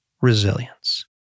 resilience